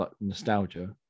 nostalgia